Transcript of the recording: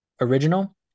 original